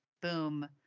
boom